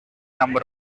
number